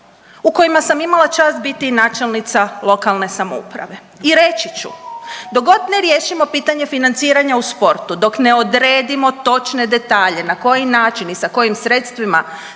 u kojima sam imala čast biti načelnica lokalne samouprave i reći ću dok god ne riješimo pitanje financiranja u sportu, dok ne odredimo točne detalje na koji način i sa kojim sredstvima